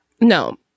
No